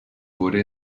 wurde